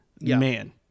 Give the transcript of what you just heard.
man